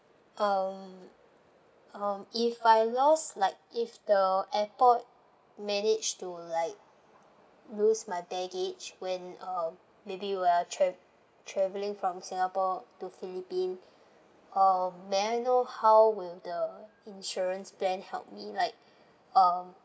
um um if I lost like if the airport manage to like lose my baggage when um maybe we are trav~ travelling from singapore to philippines um may I know how will the insurance plan help me like um